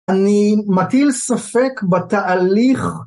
אני מטיל ספק בתהליך.